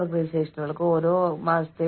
സമ്മർദ്ദത്തിന്റെ സാധ്യതയുള്ള സ്രോതസ്സുകൾ